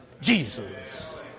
Jesus